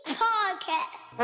podcast